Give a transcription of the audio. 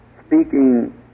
speaking